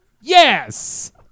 Yes